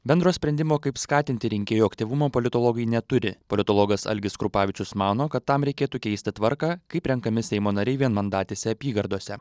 bendro sprendimo kaip skatinti rinkėjų aktyvumą politologai neturi politologas algis krupavičius mano kad tam reikėtų keisti tvarką kaip renkami seimo nariai vienmandatėse apygardose